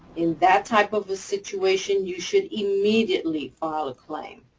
in that type of a situation, you should immediately file a claim.